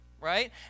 right